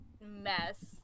mess